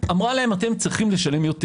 אמרה להם: אתם צריכים לשלם יותר